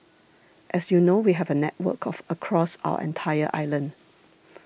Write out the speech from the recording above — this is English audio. as you know we have a network of across our entire island